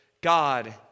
God